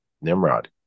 Nimrod